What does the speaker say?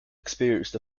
experienced